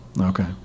Okay